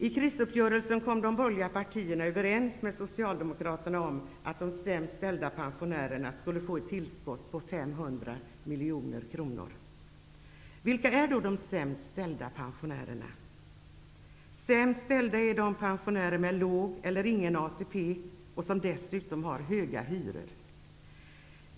I krisuppgörelsen kom de borgerliga partierna överens med Socialdemokraterna om att de sämst ställda pensionärerna skulle få ett tillskott på 500 miljoner kronor. Vilka är då de sämst ställda pensionärerna? Sämst ställda är pensionärer med låg eller ingen ATP, som dessutom har höga hyror.